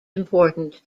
important